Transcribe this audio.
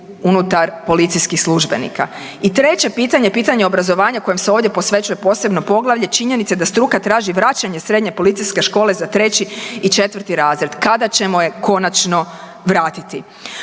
unutar policijskih službenika? I treće pitanje, pitanje obrazovanja kojem se ovdje posvećuje posebno poglavlje činjenica je da struka traži vraćanje Srednje policijske škole za 3. i 4. razred. Kada ćemo je konačno vratiti?